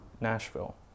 Nashville